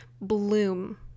bloom